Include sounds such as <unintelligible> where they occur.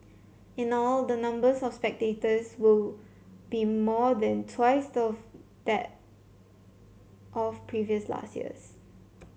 in all the numbers of spectators will be more than twice <unintelligible> that of previous last years